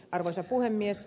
arvoisa puhemies